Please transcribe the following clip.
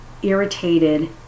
irritated